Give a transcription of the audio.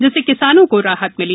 जिससे किसानों को राहत मिली